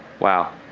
wow.